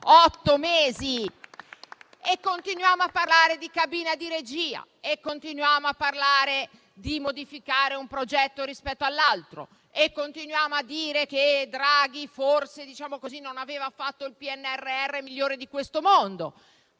Continuiamo a parlare di cabina di regia, continuiamo a parlare di modificare un progetto rispetto all'altro, continuiamo a dire che Draghi forse non aveva fatto il PNRR migliore di questo mondo.